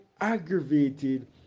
aggravated